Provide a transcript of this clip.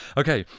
okay